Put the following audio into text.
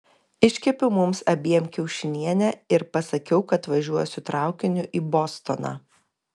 iškepiau mums abiem kiaušinienę ir pasakiau kad važiuosiu traukiniu į bostoną